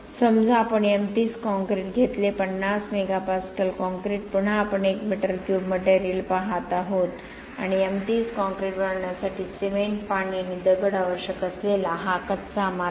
समजा आपण M50 concrete घेतले 50 मेगा पास्कल काँक्रीट पुन्हा आपण 1 मीटर क्यूब मटेरियल पाहत आहोत आणि M50 कॉंक्रीट बनवण्यासाठी सिमेंट पाणी आणि दगड आवश्यक असलेला हा कच्चा माल आहे